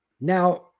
Now